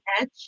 edge